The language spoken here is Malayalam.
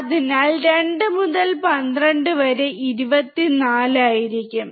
അതിനാൽ 2 മുതൽ 12 വരെ 24 ആയിരിക്കും